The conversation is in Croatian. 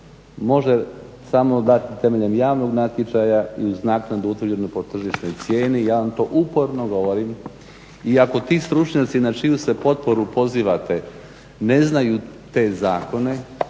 može samo dati temeljem javnog natječaja i uz naknadu utvrđenu po tržišnoj cijeni. Ja vam to uporno govorim. I ako ti stručnjaci na čiju se potporu pozivate ne znaju te zakone